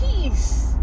peace